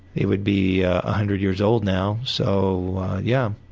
they would be a hundred years old now so yeah,